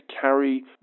carry